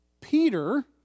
Peter